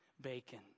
bacon